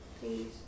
please